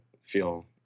feel